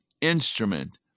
instrument